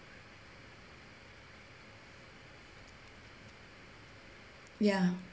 ya